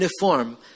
uniform